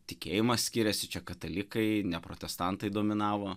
tikėjimas skiriasi čia katalikai ne protestantai dominavo